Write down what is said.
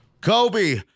Kobe